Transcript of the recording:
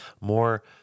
more